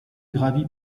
gravi